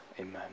amen